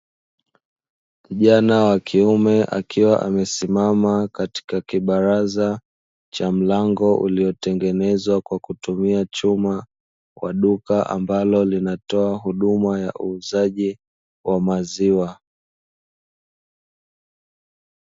Kijana wa kiume akiwa amesimama katika kibaraza cha mlango uliotengenezwa kwa kutumia chuma, kwa duka ambalo linatoa huduma ya uuzaji wa maziwa.